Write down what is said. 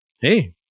Hey